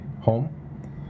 home